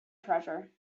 treasure